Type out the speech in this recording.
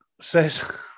says